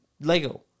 Lego